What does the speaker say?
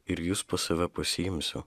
ir jus pas save pasiimsiu